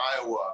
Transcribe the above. Iowa